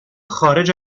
خارج